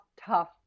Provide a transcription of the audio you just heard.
tough